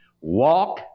Walk